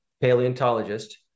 paleontologist